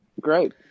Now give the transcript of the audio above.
Great